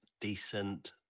decent